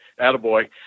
Attaboy